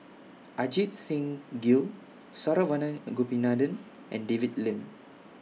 Ajit Singh Gill Saravanan Gopinathan and David Lim